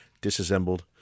disassembled